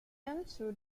answer